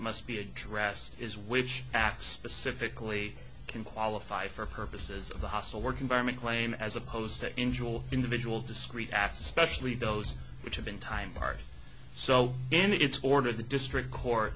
must be addressed is which act specifically can qualify for purposes of the hostile work environment claim as opposed to enjoy individual discrete after especially those which have been time part so in its order the district court